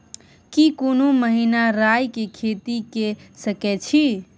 की कोनो महिना राई के खेती के सकैछी?